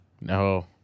No